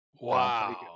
Wow